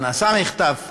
או נעשה מחטף,